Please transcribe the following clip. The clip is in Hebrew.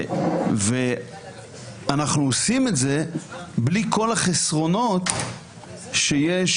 אנחנו עושים את זה בלי כל החסרונות שיש